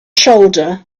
shoulder